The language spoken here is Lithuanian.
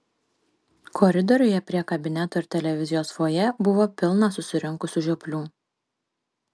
koridoriuje prie kabineto ir televizijos fojė buvo pilna susirinkusių žioplių